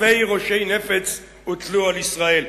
אלפי ראשי נפץ הוטלו על ישראל.